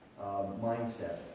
mindset